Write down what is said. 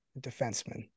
defenseman